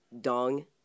Dong